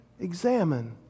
Examine